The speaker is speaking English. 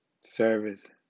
Service